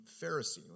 Pharisee